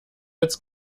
als